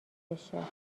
بشه